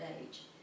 age